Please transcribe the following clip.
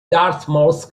dartmouth